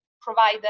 provide